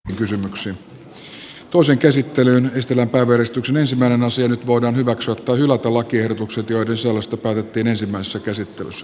toisen käsittelyn estellen ja verestyksen ensimmäinen nyt voidaan hyväksyä tai hylätä lakiehdotukset joiden sisällöstä päätettiin ensimmäisessä käsittelyssä